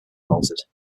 faltered